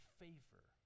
favor